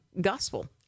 gospel